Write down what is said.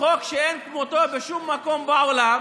חוק שאין כמותו בשום מקום בעולם.